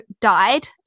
died